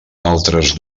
altres